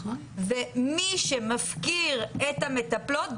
מי שמפקיר את המטפלות,